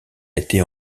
été